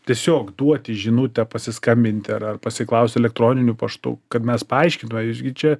tiesiog duoti žinutę pasiskambinti ar ar pasiklaust elektroniniu paštu kad mes paaiškintume jūs gi čia